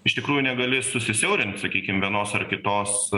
iš tikrųjų negali susisiaurint sakykim vienos ar kitos